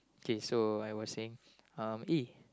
okay so I was saying um A